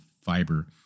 fiber